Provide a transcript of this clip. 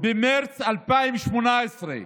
במרץ 2018,